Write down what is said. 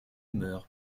meurt